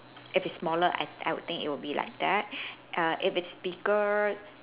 if it's smaller I I will think it will be like that err if it's bigger